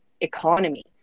economy